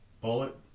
bullet